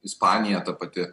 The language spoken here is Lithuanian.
ispanija ta pati